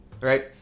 Right